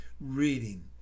reading